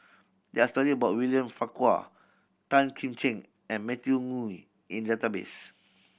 there are story about William Farquhar Tan Kim Ching and Matthew Ngui in database